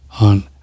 on